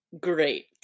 great